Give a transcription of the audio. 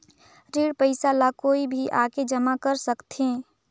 ऋण पईसा ला कोई भी आके जमा कर सकथे?